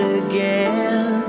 again